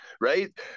right